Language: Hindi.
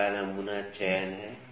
पहला नमूना चयन है